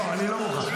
לא, אני לא מוכן.